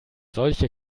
solche